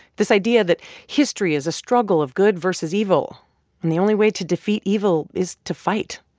this idea that history is a struggle of good versus evil and the only way to defeat evil is to fight,